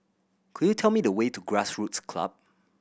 could you tell me the way to Grassroots Club